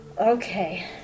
okay